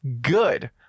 good